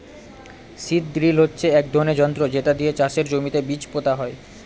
seed drill হচ্ছে এক ধরনের যন্ত্র যেটা দিয়ে চাষের জমিতে বীজ পোতা হয়